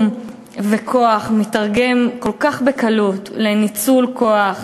וכוח מיתרגמים כל כך בקלות לניצול כוח,